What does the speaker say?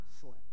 slip